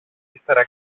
ύστερα